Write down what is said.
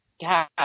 God